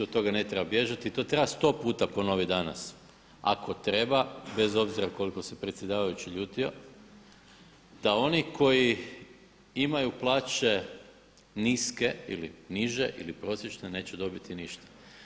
Od toga ne treba bježati, to treba sto puta ponoviti danas ako treba bez obzira koliko se predsjedavajući ljutio, da oni koji imaju plaće niske ili niže ili prosječne neće dobiti ništa.